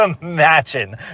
imagine